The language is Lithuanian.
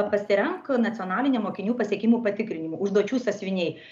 pasirenk nacionaliniam mokinių pasiekimų patikrinimui užduočių sąsiuviniai